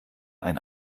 ein